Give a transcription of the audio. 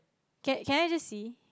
can can I just see